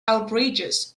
outrageous